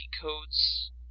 codes